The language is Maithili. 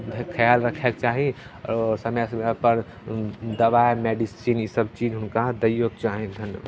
खिआल रखैके चाही आओर समय समयपर दवाइ मेडिसिन ईसब चीज हुनका दैओके चाही धन्यवाद